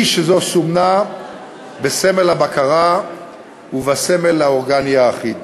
שזו סומנה בסמל הבקרה ובסמל האורגני האחיד.